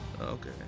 Okay